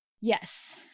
Yes